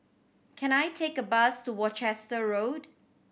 can I take a bus to Worcester Road